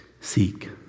Seek